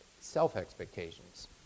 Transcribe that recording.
self-expectations